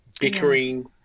bickering